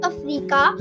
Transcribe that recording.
Africa